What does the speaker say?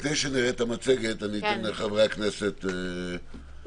לפני שנראה את המצגת, אתן לחברי הכנסת להעיר.